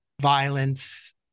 violence